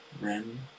REN